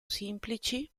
semplici